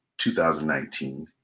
2019